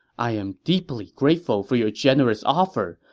i am deeply grateful for your generous offer,